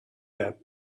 that